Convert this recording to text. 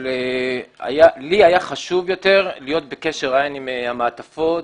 אבל לי היה חשוב יותר להיות בקשר עין עם המעטפות,